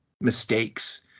mistakes